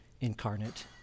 incarnate